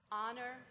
honor